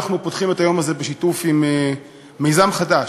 אנחנו פותחים את היום הזה בשיתוף עם מיזם חדש,